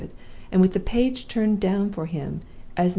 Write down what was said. and with the page turned down for him,